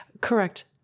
Correct